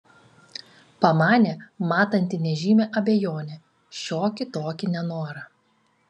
pamanė matanti nežymią abejonę šiokį tokį nenorą